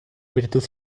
virtud